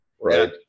right